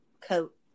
coat